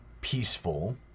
peaceful